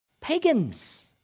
pagans